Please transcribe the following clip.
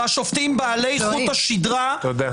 -- והשופטים בעלי חוט השדרה -- תודה.